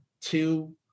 two